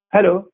Hello